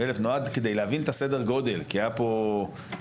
כי היה פה בדיון החסוי כל מיני הערכות,